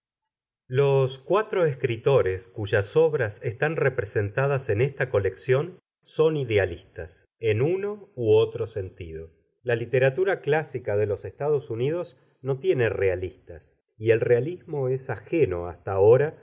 los cuatro escritores cuyas obras están representadas en esta colección son idealistas en uno u otro sentido la literatura clásica de los estados unidos no tiene realistas y el realismo es ajeno hasta ahora